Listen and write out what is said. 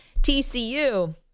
TCU